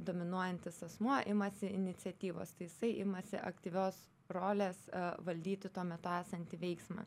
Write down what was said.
dominuojantis asmuo imasi iniciatyvos tai jisai imasi aktyvios rolės valdyti tuo metu esantį veiksmą